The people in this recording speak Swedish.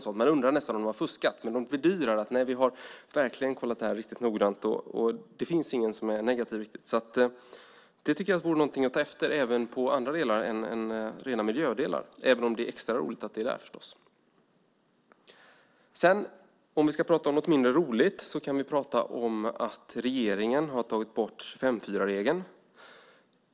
Man kan undra om de har fuskat, men de bedyrar att de verkligen har kontrollerat noggrant. Ingen är negativ. Det vore något att ta efter i andra delar än rena miljödelar - även om det är extra roligt att det finns med där. Låt oss prata om något mindre roligt, nämligen att regeringen har tagit bort 25:4-regeln.